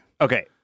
Okay